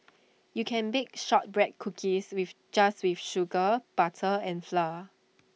you can bake Shortbread Cookies with just with sugar butter and flour